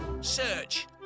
Search